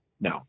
no